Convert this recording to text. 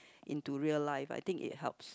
into real life I think it helps